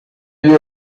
you